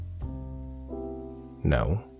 No